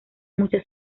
mucha